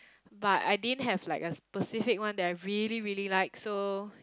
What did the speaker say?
but I didn't have like a specific one that I really really like so